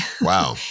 Wow